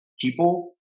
people